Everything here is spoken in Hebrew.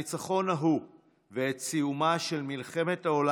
נציגי כל הארגונים שלחמו נגד הנאצים במלחמת העולם